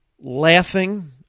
laughing